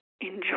enjoy